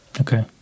Okay